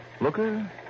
Looker